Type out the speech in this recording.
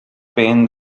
pain